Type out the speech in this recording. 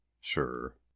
Sure